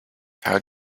how